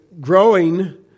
growing